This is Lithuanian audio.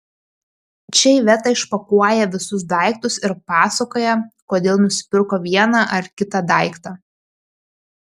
čia iveta išpakuoja visus daiktus ir pasakoja kodėl nusipirko vieną ar kitą daiktą